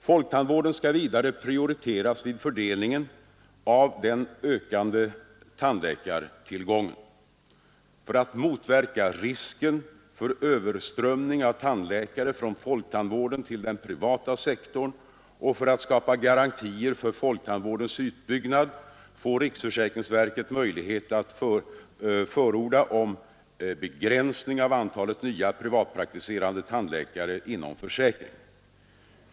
Folktandvården skall vidare prioriteras vid fördelningen av den ökande tandläkartillgången. För att motverka riskerna för överströmning av tandläkare från folktandvården till den privata sektorn och för att skapa garantier för folktandvårdens utbyggnad får riksförsäkringsverket möjlighet att förordna om begränsning av antalet nya privatpraktiserande tandläkare inom försäkringen.